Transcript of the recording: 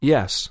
Yes